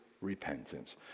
repentance